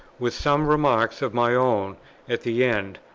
with some remarks of my own at the end,